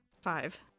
five